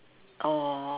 orh